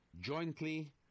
jointly